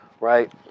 right